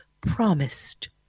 promised